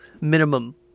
Minimum